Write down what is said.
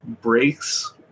breaks